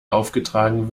aufgetragen